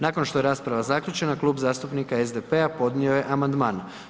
Nakon što je rasprava zaključena Klub zastupnika podnio je amandman.